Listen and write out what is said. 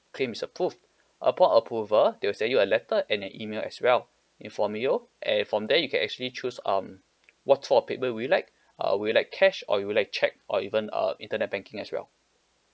claim is approved upon approval they will send you a letter and an email as well inform you and from there you can actually choose um what sort of payment will you like uh will you like cash or will you like check or even uh internet banking as well